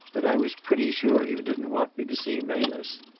but i was pretty sure you didn't want me to see melis.